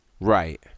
Right